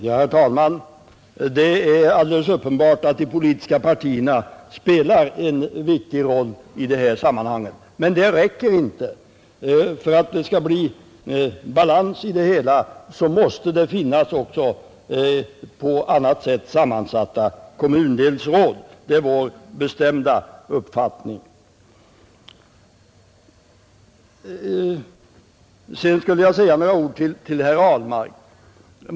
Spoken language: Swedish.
Herr talman! Det är alldeles uppenbart att de politiska partierna spelar en viktig roll i detta sammanhang, men det räcker inte. För att det skall bli balans i det hela måste det finnas också på särskilt sätt sammansatta kommundelsråd. Det är vår bestämda uppfattning. Sedan skulle jag vilja säga några ord till herr Ahlmark.